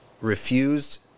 refused